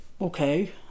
Okay